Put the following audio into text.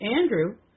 Andrew